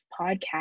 podcast